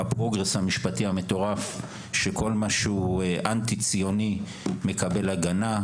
הפרוגרס המשפטי המטורף שכל מה שהוא אנטי ציוני מקבל הגנה,